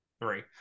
Three